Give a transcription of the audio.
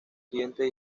siguientes